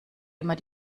immer